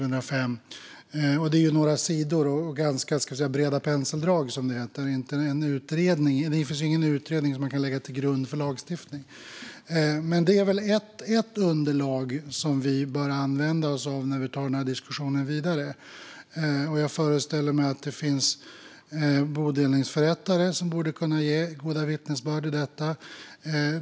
Det är några sidor och ganska breda penseldrag. Det finns inte någon utredning som kan ligga till grund för lagstiftning. Men det är väl ett underlag som vi bör använda oss av när vi tar diskussionen vidare. Jag föreställer mig även att det finns bodelningsförrättare som borde kunna ge goda vittnesbörd i detta.